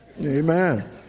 Amen